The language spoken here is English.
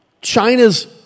China's